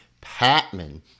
Patman